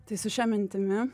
tai su šia mintimi